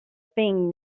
thing